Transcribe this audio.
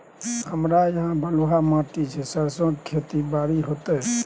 हमरा यहाँ बलूआ माटी छै सरसो के खेती बारी होते?